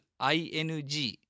ing